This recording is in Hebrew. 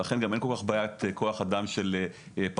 ולכן גם אין בעיית כוח אדם של פקחים,